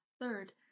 Third